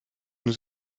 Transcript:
nous